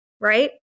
Right